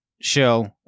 show